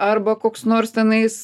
arba koks nors tenais